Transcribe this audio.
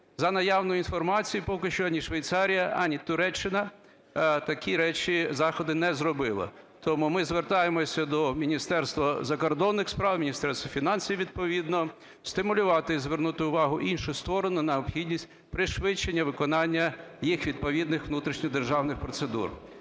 За наявною інформацією, поки що ані Швейцарія, ані Туреччина такі речі… заходи не зробила. Тому ми звертаємося до Міністерства закордонних справ, Міністерства фінансів, відповідно, стимулювати і звернути увагу інших сторін на необхідність пришвидшення виконання їх відповідних внутрішньодержавних процедур.